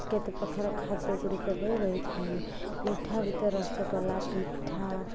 କେତେ ପ୍ରକାର ଖାଦ୍ୟଗୁଡ଼ିକ ବି ରହିଥାଏ ମିଠା ଭିତରେ ରସଗୋଲା ପିଠା